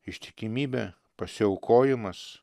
ištikimybė pasiaukojimas